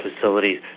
facilities